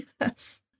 Yes